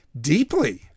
deeply